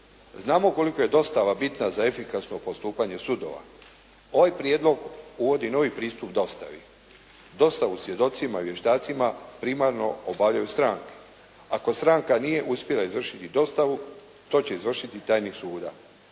Znamo koliko je dostava bitna za efikasno postupanje sudova. Ovaj prijedlog uvodi novi pristup dostavi. Dostavu svjedocima i vještacima primarno obavljaju stranke. Ako stranka nije uspjela izvršiti dostavu to će izvršiti tajnik suda.